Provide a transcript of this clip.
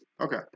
Okay